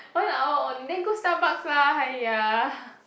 one hour only then go Starbuck lah !aiya!